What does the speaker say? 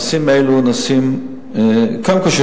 קודם כול,